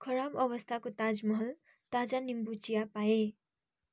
खराब अवस्थाको ताज महल ताजा निम्बु चिया पाएँ